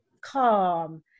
calm